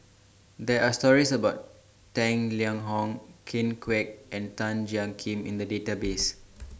There Are stories about Tang Liang Hong Ken Kwek and Tan Jiak Kim in The Database